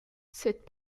cette